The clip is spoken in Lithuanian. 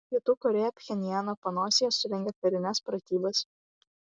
pietų korėja pchenjano panosėje surengė karines pratybas